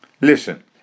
Listen